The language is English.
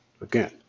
again